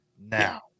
now